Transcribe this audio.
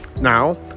now